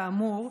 כאמור,